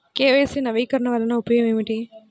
KYC నవీకరణ వలన ఉపయోగం ఏమిటీ?